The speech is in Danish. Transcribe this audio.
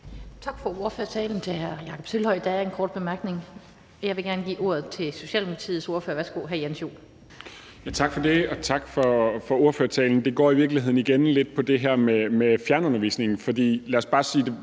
Tak for ordførertalen til hr. Jakob Sølvhøj. Der er en kort bemærkning fra hr. Jens Joel, Socialdemokratiet. Værsgo. Kl. 18:16 Jens Joel (S): Tak for det. Og tak for ordførertalen. Det går i virkeligheden igen lidt på det her med fjernundervisningen, for lad os bare sige, at